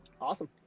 Awesome